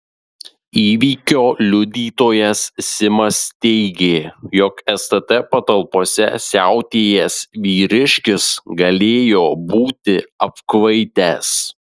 įvykio liudytojas simas teigė jog stt patalpose siautėjęs vyriškis galėjo būti apkvaitęs